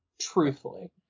truthfully